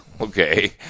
okay